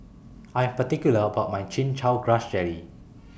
I Am particular about My Chin Chow Grass Jelly